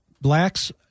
blacks